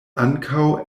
ankaŭ